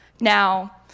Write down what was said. Now